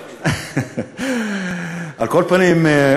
על כל פנים,